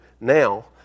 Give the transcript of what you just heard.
now